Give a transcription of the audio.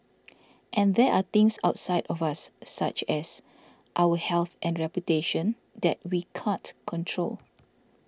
and there are things outside of us such as our health and reputation that we can't control